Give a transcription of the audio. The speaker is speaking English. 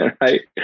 right